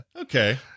Okay